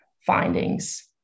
findings